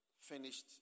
finished